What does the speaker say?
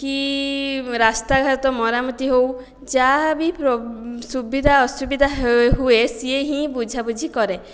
କି ରାସ୍ତାଘାଟ ମରାମତି ହେଉ ଯାହାବି ସୁବିଧା ଅସୁବିଧା ହୁଏ ସିଏ ହିଁ ବୁଝାବୁଝି କରେ